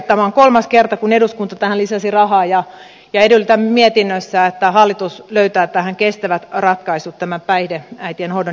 tämä on kolmas kerta kun eduskunta tähän lisäsi rahaa ja edellytämme mietinnössä että hallitus löytää kestävät ratkaisut päihdeäitien hoidon järjestämiseen